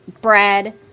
bread